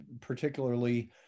particularly